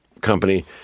company